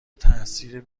تاثیر